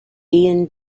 ian